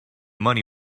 money